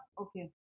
Okay